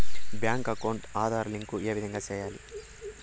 Bank account Aadhaar link ఏ విధంగా సెయ్యాలి?